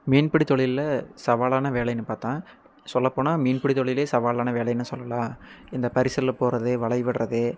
மீன்பிடி தொழில்ல சவாலான வேலைன்னு பார்த்தா சொல்லப்போனால் மீன்பிடி தொழிலே சவாலான வேலைன்னு சொல்லலாம் இந்த பரிசல்ல போகிறது வலை விடுறது